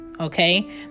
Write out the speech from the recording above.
Okay